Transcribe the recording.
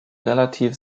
relativ